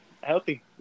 healthy